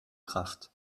kraft